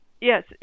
Yes